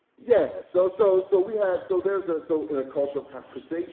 yeah. so so so we had so there's a so in a cultural conversation